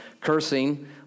cursing